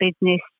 business